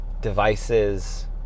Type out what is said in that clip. devices